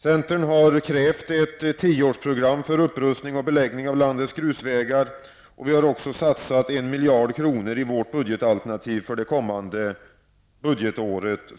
Centern har krävt ett tioårsprogram för upprustning och beläggning av landets grusvägar och vi har även satsat en miljard kronor för detta ändamål i vårt budgetalternativ för det kommande budgetåret.